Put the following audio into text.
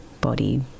body